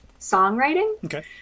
songwriting